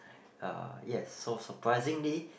uh yes so surprisingly